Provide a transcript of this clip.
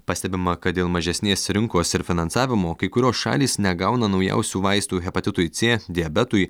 pastebima kad dėl mažesnės rinkos ir finansavimų kai kurios šalys negauna naujausių vaistų hepatitui c diabetui